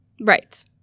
Right